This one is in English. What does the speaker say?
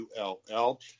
ull